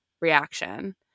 reaction